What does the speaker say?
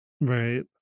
Right